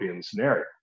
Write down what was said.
scenario